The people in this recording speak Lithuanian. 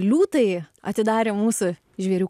liūtai atidarė mūsų žvėrių